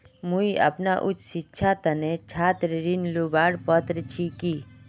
मुई अपना उच्च शिक्षार तने छात्र ऋण लुबार पत्र छि कि?